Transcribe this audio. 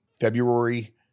February